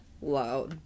Wow